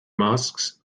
masks